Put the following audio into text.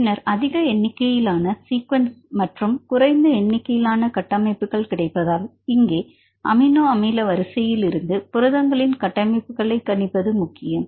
பின்னர் அதிக எண்ணிக்கையிலான சீக்வென்ஸ்கள் மற்றும் குறைந்த எண்ணிக்கையிலான கட்டமைப்புகள் கிடைப்பதால் இந்த அமினோ அமில வரிசையிலிருந்து புரதங்களின் கட்டமைப்புகளை கணிப்பது முக்கியம்